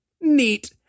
neat